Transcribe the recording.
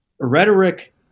rhetoric